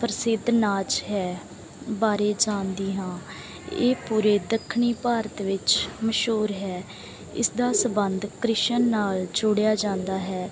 ਪ੍ਰਸਿੱਧ ਨਾਚ ਹੈ ਬਾਰੇ ਜਾਣਦੀ ਹਾਂ ਇਹ ਪੂਰੇ ਦੱਖਣੀ ਭਾਰਤ ਵਿੱਚ ਮਸ਼ਹੂਰ ਹੈ ਇਸ ਦਾ ਸਬੰਧ ਕ੍ਰਿਸ਼ਨ ਨਾਲ ਜੋੜਿਆ ਜਾਂਦਾ ਹੈ